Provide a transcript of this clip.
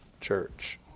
church